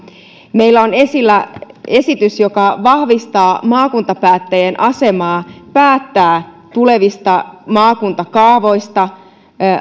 meillä on esillä esitys joka vahvistaa maakuntapäättäjien asemaa päättää tulevista maakuntakaavoista